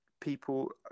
people